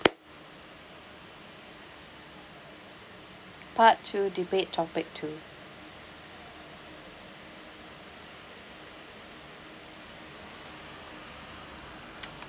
part two debate topic two